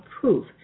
Proof